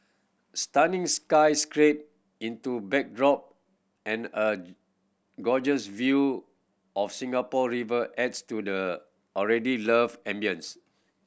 stunning sky scraper into backdrop and a gorgeous view of Singapore River adds to the already love ambience